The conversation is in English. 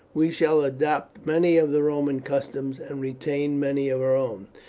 we shall adopt many of the roman customs, and retain many of our own.